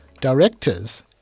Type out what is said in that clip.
directors